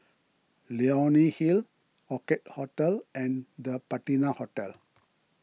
Leonie Hill Orchid Hotel and the Patina Hotel